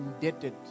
indebted